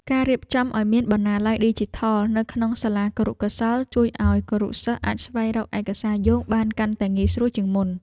ការរៀបចំឱ្យមានបណ្ណាល័យឌីជីថលនៅក្នុងសាលាគរុកោសល្យជួយឱ្យគរុសិស្សអាចស្វែងរកឯកសារយោងបានកាន់ តែងាយស្រួលជាងមុន។